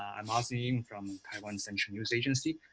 i'm ozzy. i'm from taiwan central news agency.